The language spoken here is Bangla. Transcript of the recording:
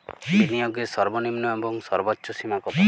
বিনিয়োগের সর্বনিম্ন এবং সর্বোচ্চ সীমা কত?